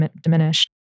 diminished